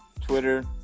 Twitter